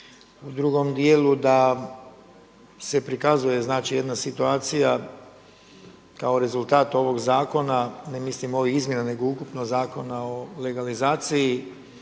U drugom dijelu da se prikazuje znači jedna situacija kao rezultat ovoga zakona, ne mislim ovih izmjena, nego ukupno Zakona o legalizaciji